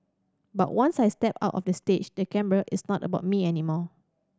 but once I step out of the stage the camera it's not about me anymore